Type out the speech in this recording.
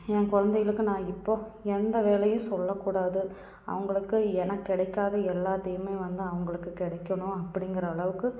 என் குழந்தைகளுக்கு நான் இப்போது எந்த வேலையும் சொல்லக்கூடாது அவங்களுக்கு எனக்கு கிடைக்காத எல்லாத்தையுமே வந்து அவங்களுக்கு கிடைக்கணும் அப்படிங்கிற அளவுக்கு